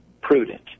prudent